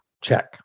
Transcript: check